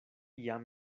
jam